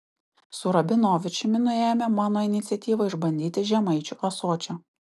su rabinovičiumi nuėjome mano iniciatyva išbandyti žemaičių ąsočio